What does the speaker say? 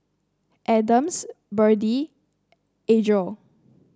Adams Biddie Adriel